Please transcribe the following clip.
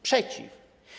Przeciw.